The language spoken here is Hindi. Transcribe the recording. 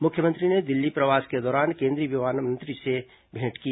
मुख्यमंत्री ने दिल्ली प्रवास के दौरान केंद्रीय विमानन मंत्री से भी भेंट की